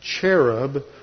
cherub